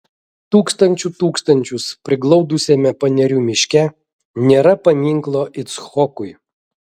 tūkstančių tūkstančius priglaudusiame panerių miške nėra paminklo icchokui